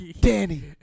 Danny